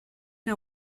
una